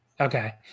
Okay